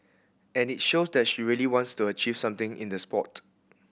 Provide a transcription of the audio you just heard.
and it shows that she really wants to achieve something in the sport